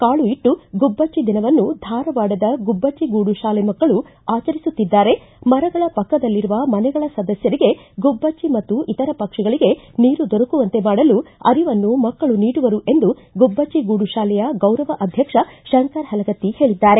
ಕಾಳು ಇಟ್ಟು ಗುಬ್ಬಚ್ಚಿ ದಿನವನ್ನು ಧಾರವಾಡದ ಗುಬ್ಬಚ್ಚಿ ಗೂಡು ಶಾಲೆ ಮಕ್ಕಳು ಆಚರಿಸುತ್ತಿದ್ದಾರೆ ಮರಗಳ ಪಕ್ಕದಲ್ಲಿರುವ ಮನೆಗಳ ಸದಸ್ಥರಿಗೆ ಗುಬ್ಬಚ್ಚಿ ಮತ್ತು ಇತರ ಪಕ್ಷಿಗಳಿಗೆ ನೀರು ದೊರಕುವಂತೆ ಮಾಡಲು ಅರಿವನ್ನು ಮಕ್ಕಳು ನೀಡುವರು ಎಂದು ಗುಬ್ಬಟ್ಟಿ ಗೂಡು ಶಾಲೆಯ ಗೌರವ ಅಧ್ಯಕ್ಷ ಶಂಕರ ಹಲಗತ್ತಿ ಹೇಳಿದ್ದಾರೆ